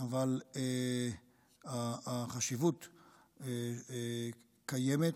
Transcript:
אבל החשיבות קיימת.